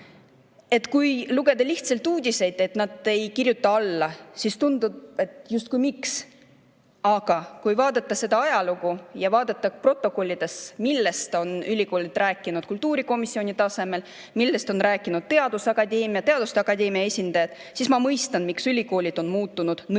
Kui lugeda lihtsalt uudiseid, et nad ei kirjuta alla, siis tekib justkui küsimus, et miks. Aga kui vaadata seda ajalugu ja vaadata protokollidest, millest on ülikoolid rääkinud kultuurikomisjoni tasemel, millest on rääkinud teaduste akadeemia esindajad, siis ma mõistan, miks ülikoolid on muutunud nõudlikumaks.